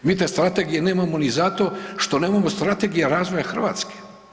Mi te strategije nemamo ni zato što nemamo strategija razvoja Hrvatske.